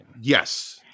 Yes